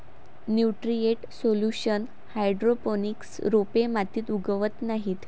nutrient solution hydroponics रोपे मातीत उगवत नाहीत